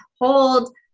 hold